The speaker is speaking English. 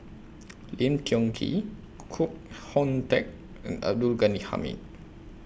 Lim Tiong Ghee Koh Hoon Teck and Abdul Ghani Hamid